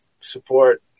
Support